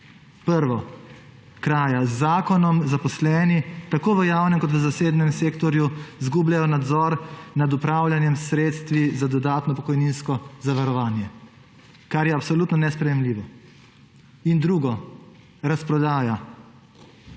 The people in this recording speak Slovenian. kraja − z zakonom zaposleni tako v javnem kot v zasebnem sektorju izgubljajo nadzor nad upravljanjem s sredstvi za dodatno pokojninsko zavarovanje, kar je absolutno nesprejemljivo. In drugo, razprodaja